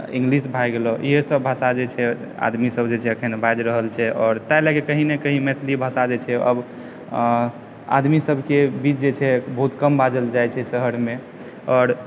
English भए गेलऽ इएहसभ भाषा जे छै आदमीसभ जे छै अखन बाजि रहल छै आओर ताहि लयकऽ कहीं न कहीं मैथिली भाषा जे छै अब आदमी सभके बीच जे छै बहुत कम बाजल जाइ छै शहरमे आओर